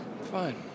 Fine